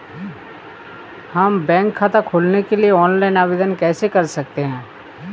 हम बैंक खाता खोलने के लिए ऑनलाइन आवेदन कैसे कर सकते हैं?